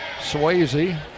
Swayze